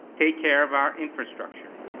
take care of our infrastructure.